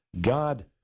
God